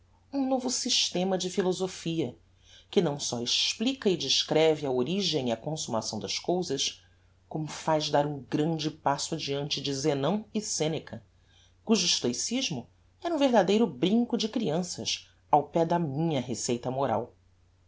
um novo systema de philosophia que não só explica e descreve a origem e a consummação das cousas como faz dar um grande passo adeante de zenon e seneca cujo stoicismo era um verdadeiro brinco de crianças ao pé da minha receita moral